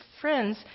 friends